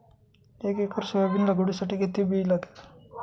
एक acre soybean लागवडीसाठी किती बी लागेल?